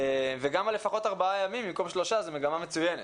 וגם לפחות ארבעה ימים במקום שלושה זו מגמה מצוינת,